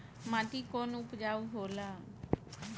माटी कौन उपजाऊ होला?